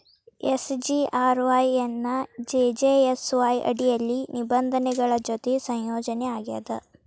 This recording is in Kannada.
ಎಸ್.ಜಿ.ಆರ್.ವಾಯ್ ಎನ್ನಾ ಜೆ.ಜೇ.ಎಸ್.ವಾಯ್ ಅಡಿಯಲ್ಲಿ ನಿಬಂಧನೆಗಳ ಜೊತಿ ಸಂಯೋಜನಿ ಆಗ್ಯಾದ